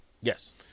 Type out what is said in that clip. Yes